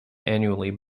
annually